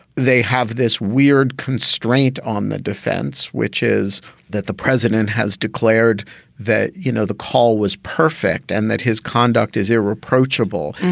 they have this weird constraint on the defense, which is that the president has declared that, you know, the call was perfect and that his conduct is irreproachable.